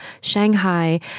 Shanghai